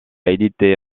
édité